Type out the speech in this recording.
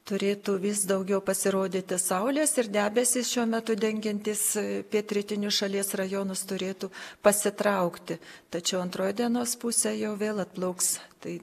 turėtų vis daugiau pasirodyti saulės ir debesys šiuo metu dengiantys pietrytinius šalies rajonus turėtų pasitraukti tačiau antroj dienos pusėj jau vėl atplauks tai